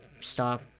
stop